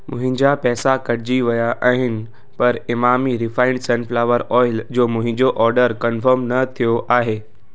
मुंहिंजा पैसा कटिजी विया आहिनि पर इमामी रिफाइंड सनफिलावर ऑयल जो मुंहिंजो ऑडर कन्फर्म न थियो आहे